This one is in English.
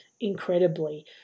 incredibly